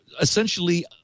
essentially